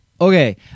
Okay